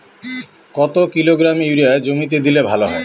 কত kilogram urea জমিতে দিলে ভালো হয়?